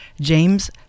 James